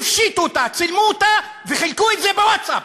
הפשיטו אותה, צילמו אותה וחילקו את זה בווטסאפ.